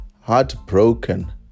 heartbroken